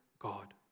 God